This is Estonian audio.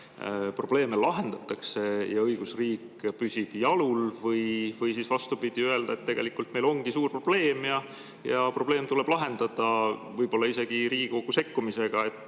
probleeme lahendatakse ja õigusriik püsib jalul, või siis, vastupidi, öelda, et tegelikult meil ongi suur probleem ja probleem tuleb lahendada võib-olla isegi Riigikogu sekkumisega, et